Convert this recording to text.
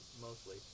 mostly